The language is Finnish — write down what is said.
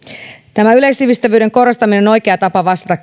tämä yleissivistävyyden korostaminen on oikea tapa vastata